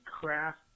Craft